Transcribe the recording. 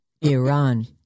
Iran